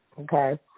Okay